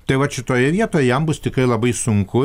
tai vat šitoje vietoj jam bus tikrai labai sunku